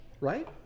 right